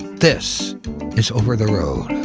this is over the road.